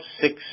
six